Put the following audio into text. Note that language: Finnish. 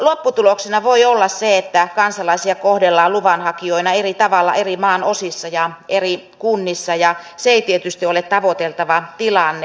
lopputuloksena voi olla se että kansalaisia kohdellaan luvanhakijoina eri tavalla maan eri osissa ja eri kunnissa ja se ei tietysti ole tavoiteltava tilanne